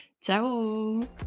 Ciao